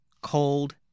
cold